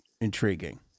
intriguing